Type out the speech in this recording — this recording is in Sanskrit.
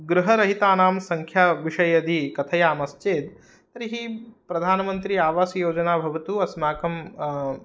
गृहरहितानां संङ्ख्याविषये यदि कथयामश्चेत् तर्हि प्रधानमन्त्रि आवासयोजना भवतु अस्माकं